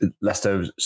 Leicester